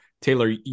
Taylor